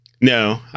No